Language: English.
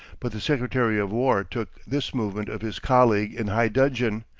but the secretary of war took this movement of his colleague in high dudgeon,